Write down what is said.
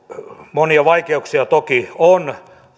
monia vaikeuksia toki on